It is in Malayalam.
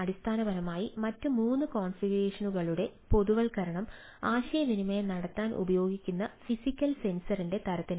അടിസ്ഥാനപരമായി മറ്റ് മൂന്ന് കോൺഫിഗറേഷനുകളുടെ പൊതുവൽക്കരണം ആശയവിനിമയം നടത്താൻ ഉപയോഗിക്കുന്ന ഫിസിക്കൽ സെൻസറിന്റെ തരത്തിലാണ്